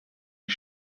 die